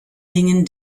dingen